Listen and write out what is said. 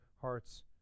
hearts